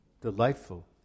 delightful